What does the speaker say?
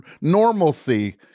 normalcy